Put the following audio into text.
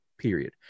Period